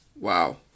wow